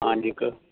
आनीक